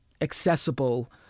accessible